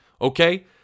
Okay